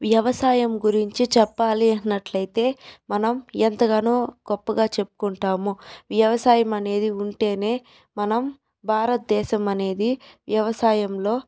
వ్యవసాయం గురించి చెప్పాలి అన్నట్లయితే మనం ఎంతగానో గొప్పగా చెప్పుకుంటాము వ్యవసాయం అనేది ఉంటేనే మనం భారత్దేశం అనేది వ్యవసాయంలో